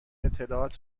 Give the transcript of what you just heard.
اطلاعات